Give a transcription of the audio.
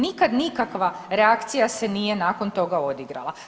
Nikad nikakva reakcija se nije nakon toga odigrala.